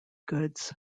goods